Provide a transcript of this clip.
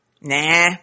Nah